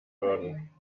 würden